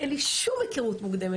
אין לי שום היכרות מוקדמת,